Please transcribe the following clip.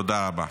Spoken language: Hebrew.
תודה רבה.